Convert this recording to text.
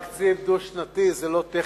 תקציב דו-שנתי זה לא טכניקה.